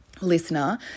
listener